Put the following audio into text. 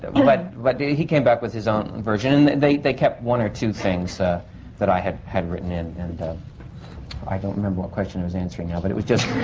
but. but he came back with his own version. and they. they kept one or two things that i had. had written in. and i don't remember what question i was answering now. but it was just.